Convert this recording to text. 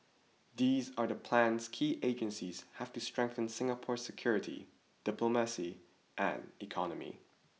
these are the plans key agencies have to strengthen Singapore's security diplomacy and economy